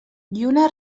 lluna